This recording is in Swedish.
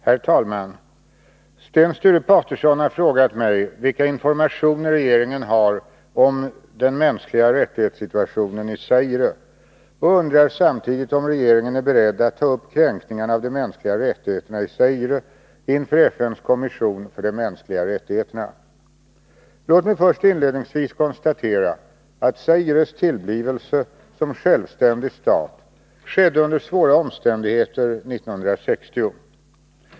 Herr talman! Sten Sture Paterson har frågat mig vilka informationer regeringen har om situationen i fråga om de mänskliga rättigheterna i Zaire och undrar samtidigt om regeringen är beredd att ta upp kränkningarna av de mänskliga rättigheterna i Zaire inför FN:s kommission för de mänskliga rättigheterna. Låt mig först inledningsvis konstatera att Zaires tillblivelse som självständig stat skedde under svåra omständigheter 1960.